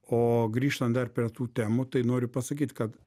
o grįžtant dar prie tų temų tai noriu pasakyt kad